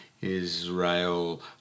israel